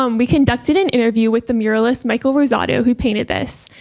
um we conducted an interview with the muralist michael rosato, who painted this,